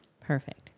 Perfect